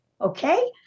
Okay